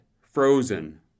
frozen